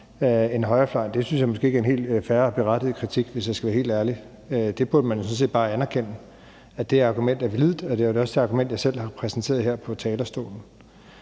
end højrefløjen synes jeg måske ikke er en helt fair og berettiget kritik, hvis jeg skal være helt ærlig. Der burde man jo sådan set bare anerkende, at det argument er validt, og det er også det argument, jeg selv har præsenteret her fra talerstolen.